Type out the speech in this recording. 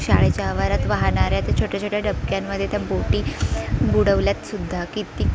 शाळेच्या आवारात वाहणाऱ्या त्या छोट्या छोट्या डबक्यांमध्ये त्या बोटी बुडवल्यात सुद्धा किती